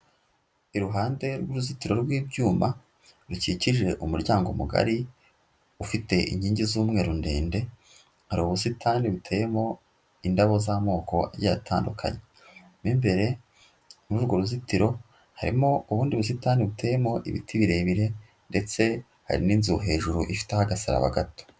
Iruhande rw'uruzitiro rw'ibyuma bikikije umuryango mugari, ufite inkingi z'umweru ndende, hari ubusitani buteyemo indabo z'amoko agiye atandukanye, mo imbere muri urwo ruzitiro harimo ubundi busitani buteyemo ibiti birebire ndetse hari n'inzu hejuru ifiteho agasaraba gato.